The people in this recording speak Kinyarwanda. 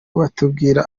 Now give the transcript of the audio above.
watubwira